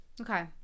Okay